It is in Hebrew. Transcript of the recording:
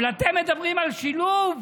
אבל אתם מדברים על שילוב?